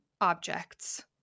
objects